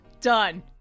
Done